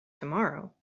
tomorrow